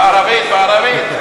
בערבית, בערבית.